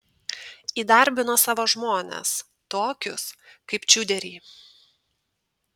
įdarbino savo žmones tokius kaip čiuderį